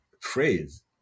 phrase